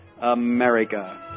America